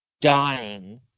dying